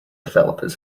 developers